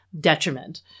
detriment